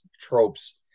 tropes